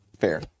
fair